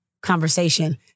conversation